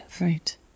Right